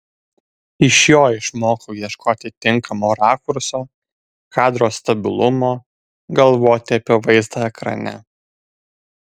iš jo išmokau ieškoti tinkamo rakurso kadro stabilumo galvoti apie vaizdą ekrane